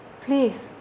please